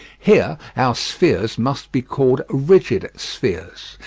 here our spheres must be called rigid spheres.